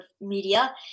media